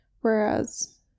Whereas